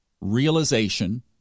realization